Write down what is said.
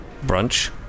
Brunch